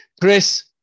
Chris